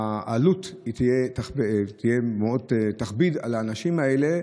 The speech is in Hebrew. העלות מאוד תכביד על האנשים האלה,